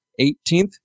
18th